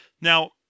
Now